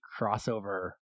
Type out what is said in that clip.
crossover